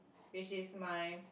which is my